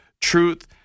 truth